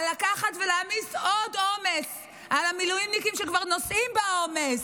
על לקחת ולהעמיס עוד עומס על המילואימניקים שכבר נושאים בעומס.